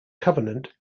covenant